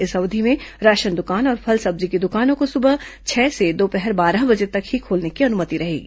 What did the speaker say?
इस अवधि में राशन दुकान और फल सब्जी की दुकानों को सुबह छह से दोपहर बारह बजे तक ही खोलने की अनुमति रहेगी